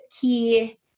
key